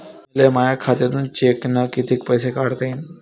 मले माया खात्यातून चेकनं कितीक पैसे काढता येईन?